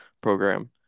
program